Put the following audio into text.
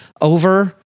over